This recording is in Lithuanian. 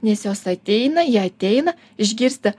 nes jos ateina jie ateina išgirsta